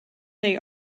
they